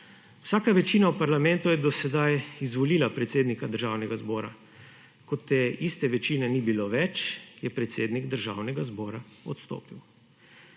Vsaka večina v parlamentu je do sedaj izvolila predsednika Državnega zbora. Ko te iste večine ni bilo več, je predsednik Državnega zbora odstopil.